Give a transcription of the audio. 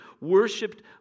worshipped